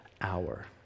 hour